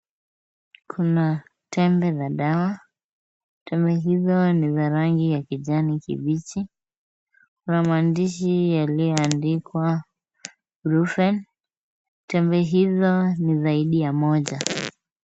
Kuna tembe za dawa. Tembe hizo ni za rangi ya kijani kibichi. Kuna maandishi yaliyoandikwa iBuprofen . Tembe hizo ni zaidi ya moja.